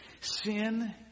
sin